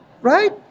right